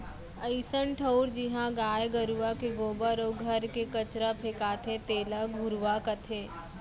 अइसन ठउर जिहॉं गाय गरूवा के गोबर अउ घर के कचरा फेंकाथे तेला घुरूवा कथें